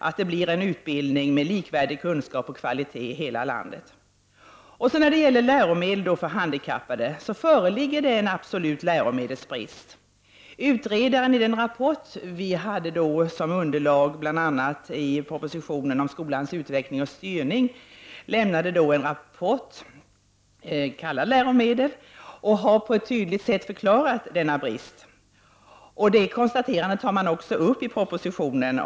Det måste vara en utbildning med likvärdig kunskap och kvalitet över hela landet. När det gäller läromedel för handikappade föreligger det en absolut läromedelsbrist. Utredaren bakom rapporten ”Läromedel” — denna rapport utgör en del av underlaget för den proposition som har rubriken Skolans utveckling och styrning — har ”på ett tydligt sätt förklarat hur det förhåller sig i fråga om denna brist”. Detta konstateras också i nämnda proposition.